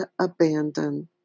abandon